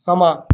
ਸਮਾਂ